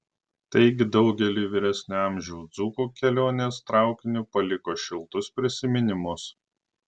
taigi daugeliui vyresnio amžiaus dzūkų kelionės traukiniu paliko šiltus prisiminimus